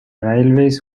railways